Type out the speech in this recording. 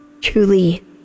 Truly